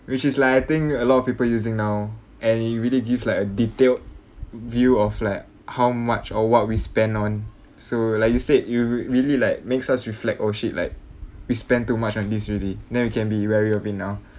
which is like I think a lot of people using now and it really gives like a detailed view of like how much or what we spent on so like you said you really like makes us reflect oh shit like we spend too much on this really then we can be wary of now